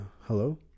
hello